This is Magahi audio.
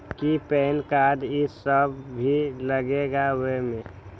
कि पैन कार्ड इ सब भी लगेगा वो में?